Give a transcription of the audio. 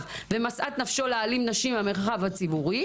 ומשאת נפשו להעלים נשים מהמרחב הציבורי